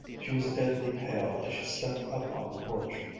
she was deadly pale as she stepped up on the porch.